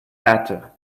better